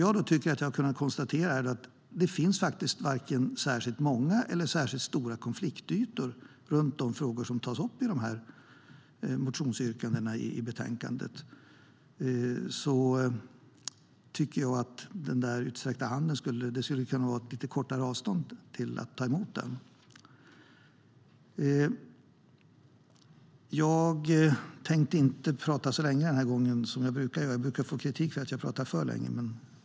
Jag har kunnat konstatera att det inte finns vare sig särskilt många eller särskilt stora konfliktytor i de frågor som tas upp i motionsyrkandena. Det borde alltså kunna vara ett kortare avstånd till den utsträckta handen. Jag tänkte inte prata så länge den här gången som jag brukar göra - jag brukar få kritik för att jag pratar för länge.